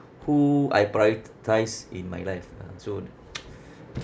who I prioritise in my life lah so